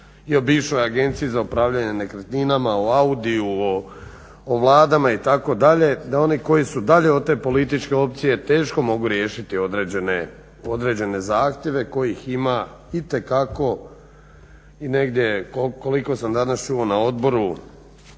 i o bivšoj Agenciji za upravljanje nekretninama, o AUDIO-u, o vladama itd., da oni koji su dalje od te političke opcije teško mogu riješiti određene zahtjeve kojih ima itekako i negdje koliko sam danas čuo na odboru